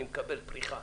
אני מקבל פריחה,